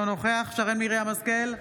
אינו נוכח שרן מרים השכל,